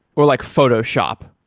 or like photoshop.